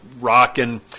rocking